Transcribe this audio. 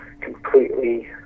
completely